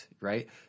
right